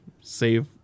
save